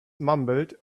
mumbled